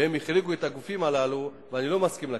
והם החריגו את הגופים הללו, ואני לא מסכים לכך.